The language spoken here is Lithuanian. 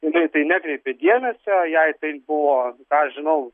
jinai į tai nekreipė dėmesio jai tai buvo ką aš žinau